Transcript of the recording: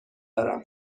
دارم